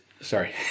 Sorry